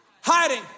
hiding